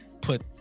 put